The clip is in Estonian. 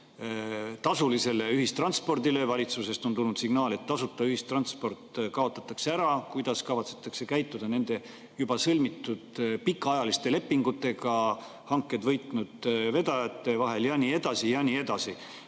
tasulisele ühistranspordile? Valitsusest on tulnud signaale, et tasuta ühistransport kaotatakse ära. Kuidas kavatsetakse käituda nende juba sõlmitud pikaajaliste lepingutega hanked võitnud vedajate vahel ja nii edasi? Ma ei